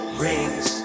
rings